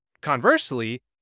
conversely